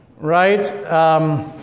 right